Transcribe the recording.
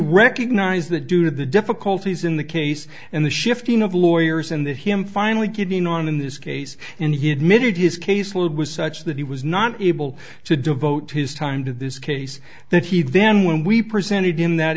recognized that due to the difficulties in the case and the shifting of the lawyers in the him finally getting on in this case and he admitted his caseload was such that he was not able to devote his time to this case that he then when we presented in that